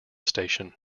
station